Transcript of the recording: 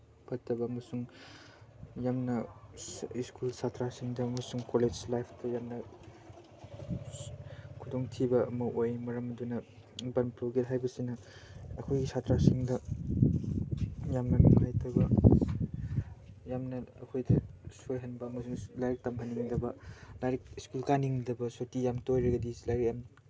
ꯐꯠꯇꯕ ꯑꯃꯁꯨꯡ ꯌꯥꯝꯅ ꯁ꯭ꯀꯨꯜ ꯁꯥꯇ꯭ꯔꯁꯤꯡꯗ ꯑꯃꯁꯨꯡ ꯀꯣꯂꯦꯖ ꯂꯥꯏꯞꯇ ꯌꯥꯝꯅ ꯈꯨꯗꯣꯡꯊꯤꯕ ꯑꯃ ꯑꯣꯏ ꯃꯔꯝ ꯑꯗꯨꯅ ꯕꯟ ꯕ꯭ꯂꯣꯀꯦꯠ ꯍꯥꯏꯕꯁꯤꯅ ꯑꯩꯈꯣꯏꯒꯤ ꯁꯥꯇ꯭ꯔꯁꯤꯡꯗ ꯌꯥꯝꯅ ꯅꯨꯡꯉꯥꯏꯇꯕ ꯌꯥꯝꯅ ꯑꯩꯈꯣꯏꯗ ꯁꯣꯏꯍꯟꯕ ꯑꯃꯁꯨꯡ ꯂꯥꯏꯔꯤꯛ ꯇꯝꯍꯟꯅꯤꯡꯗꯕ ꯂꯥꯏꯔꯤꯛ ꯁ꯭ꯀꯨꯜ ꯀꯥꯅꯤꯡꯗꯕ ꯁꯨꯇꯤ ꯌꯥꯝ ꯇꯣꯏꯔꯒꯗꯤ ꯂꯥꯏꯔꯤꯛ